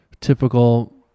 typical